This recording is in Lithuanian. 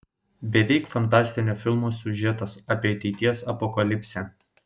beveik fantastinio filmo siužetas apie ateities apokalipsę